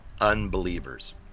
unbelievers